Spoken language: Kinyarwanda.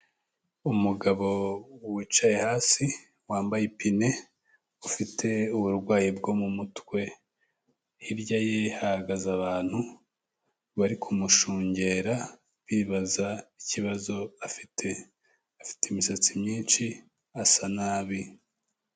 Umugabo wicaye hasi wambaye ipine, ufite uburwayi bwo mu mutwe, hirya yihagaze abantu bari kumushungera, bibaza ikibazo afite. Afite imisatsi myinshi asa nabi.